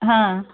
ಹಾಂ